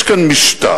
יש כאן משטר,